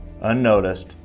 unnoticed